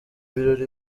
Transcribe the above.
birori